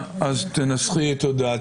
אולי מספיק שאתה תגיד את זה לפרוטוקול?